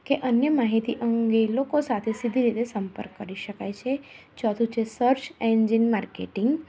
કે અન્ય માહિતી અંગે લોકો સાથે સિધી રીતે સંપર્ક કરી શકાય છે ચોથુ છે સર્ચ એન્જિન માર્કેટિંગ